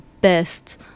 best